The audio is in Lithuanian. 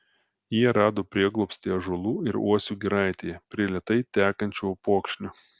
jie rado prieglobstį ąžuolų ir uosių giraitėje prie lėtai tekančio upokšnio